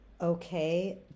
Okay